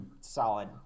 solid